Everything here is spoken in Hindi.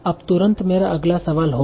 अब तुरंत मेरा अगला सवाल होगा